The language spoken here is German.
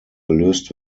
gelöst